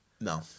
No